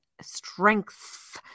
strengths